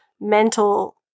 mental